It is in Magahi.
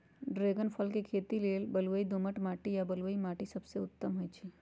ड्रैगन फल के खेती लेल बलुई दोमट माटी आ बलुआइ माटि सबसे उत्तम होइ छइ